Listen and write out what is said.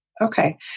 Okay